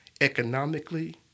economically